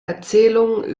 erzählungen